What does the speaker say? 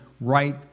right